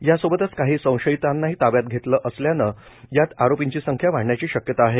यासोबतच काही संशयीतांनाही ताब्यात घेतले असल्याने यात आरोपींची संख्या वाढण्याची शक्यता आहे